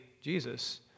Jesus